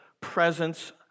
presence